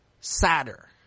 sadder